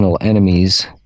enemies